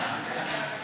חוק